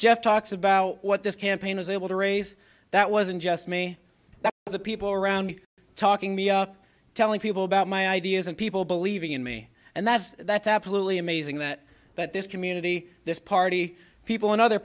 jeff talks about what this campaign was able to raise that wasn't just me that the people around talking me telling people about my ideas and people believing in me and that's that's absolutely amazing that that this community this party people and other